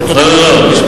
קשות.